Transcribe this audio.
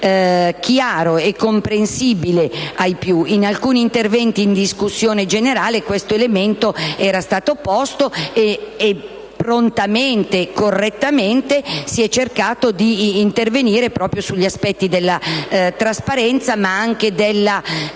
chiaro e comprensibile ai più. In alcuni interventi in discussione generale questo elemento era stato posto, e prontamente e correttamente si è cercato di intervenire proprio sugli aspetti della trasparenza, ma anche della